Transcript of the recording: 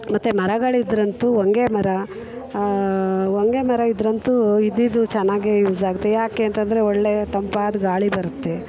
ಮತ್ತೆ ಮರಗಳಿದ್ದರಂತೂ ಹೊಂಗೆ ಮರ ಹೊಂಗೆ ಮರ ಇದ್ದರಂತೂ ಇದ್ದಿದ್ದು ಚೆನ್ನಾಗೆ ಯೂಸ್ ಆಗುತ್ತೆ ಯಾಕೇಂತಂದ್ರೆ ಒಳ್ಳೇ ತಂಪಾದ ಗಾಳಿ ಬರುತ್ತೆ